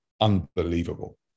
Unbelievable